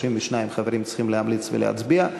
32 חברים צריכים להמליץ ולהצביע.